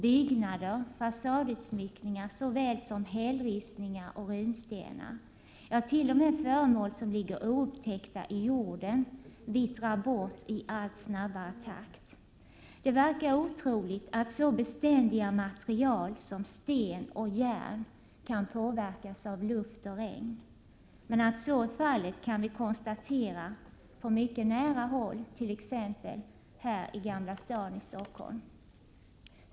Byggnader och fasadutsmyckningar såväl som hällristningar och runstenar, ja, t.o.m. föremål som ligger oupptäckta i jorden, vittrar bort i allt snabbare takt. Det verkar otroligt att så beständiga material som sten och järn kan påverkas av luft och regn. Att så är fallet kan vi konstatera på mycket nära håll, t.ex. i Gamla stan i Stockholm.